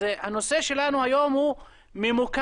הנושא שלנו היום הוא ממוקד.